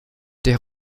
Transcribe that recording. der